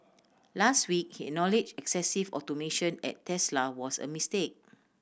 last week he acknowledged excessive automation at Tesla was a mistake